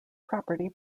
property